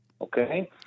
Okay